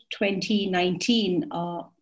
2019